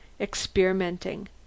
experimenting